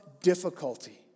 difficulty